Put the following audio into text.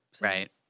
Right